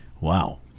wow